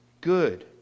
good